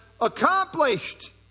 accomplished